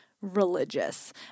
religious